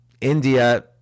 india